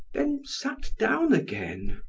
then sat down again.